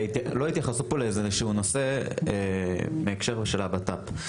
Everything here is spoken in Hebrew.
לא התייחסו פה לאיזשהו נושא בהקשר של הבט"פ.